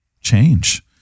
change